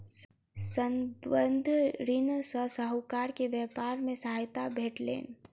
संबंद्ध ऋण सॅ साहूकार के व्यापार मे सहायता भेटलैन